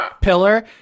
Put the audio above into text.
pillar